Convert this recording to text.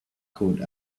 code